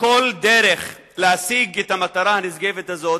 כל דרך להשיג את המטרה הנשגבת הזאת